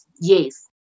yes